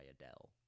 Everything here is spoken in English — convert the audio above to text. Adele